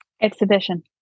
Exhibition